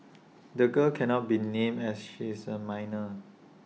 the girl cannot be named as she is A minor